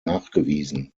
nachgewiesen